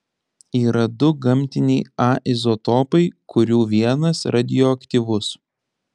yra du gamtiniai a izotopai kurių vienas radioaktyvus